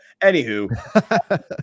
anywho